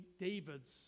David's